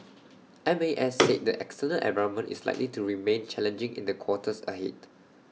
M A S said the external environment is likely to remain challenging in the quarters ahead